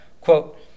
Quote